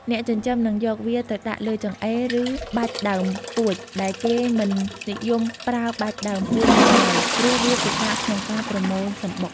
អ្នកចិញ្ចឹមនឹងយកវាទៅដាក់លើចង្អេរ ឬបាច់ដើមពួច តែគេមិននិយមប្រើបាច់ដើមពួចនេះឡើយ ព្រោះវាពិបាកក្នុងការបម្រូលសំបុក។